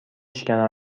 شکنم